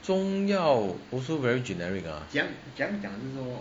中药 also very generic ah